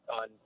on